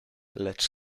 lecz